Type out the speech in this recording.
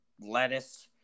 lettuce